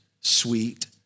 sweet